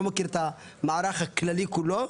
לא מכיר את המערך הכללי כולו,